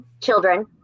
children